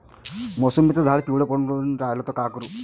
मोसंबीचं झाड पिवळं पडून रायलं त का करू?